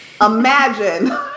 Imagine